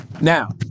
Now